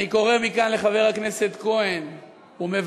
אני קורא מכאן לחבר הכנסת כהן ומבקש